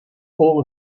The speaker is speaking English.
all